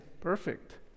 Perfect